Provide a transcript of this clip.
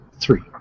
three